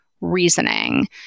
reasoning